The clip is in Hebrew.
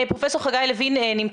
גם הנגישות של המוצרים מדהימה,